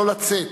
לא לצאת,